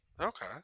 Okay